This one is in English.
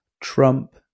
Trump